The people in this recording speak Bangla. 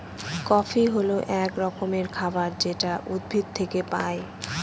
কফি হল এক রকমের খাবার যেটা উদ্ভিদ থেকে পায়